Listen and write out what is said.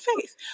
faith